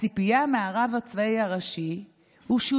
הציפייה מהרב הצבאי הראשי היא שהוא